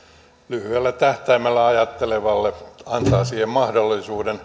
lyhyellä tähtäimellä ajattelevalle antaa siihen mahdollisuuden